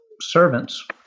servants